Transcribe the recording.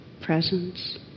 presence